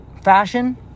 fashion